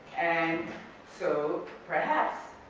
and so perhaps,